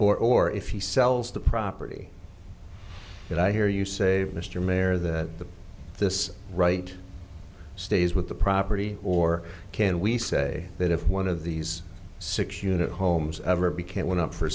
or or if he sells the property that i hear you say mr mayor that the this right stays with the property or can we say that if one of these six unit homes ever became one up for